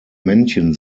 männchen